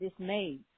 dismayed